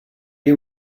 you